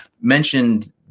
mentioned